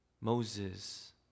Moses